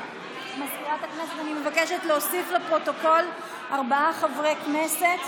אני מבקשת להוסיף לפרוטוקול ארבעה חברי כנסת.